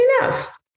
enough